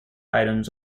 items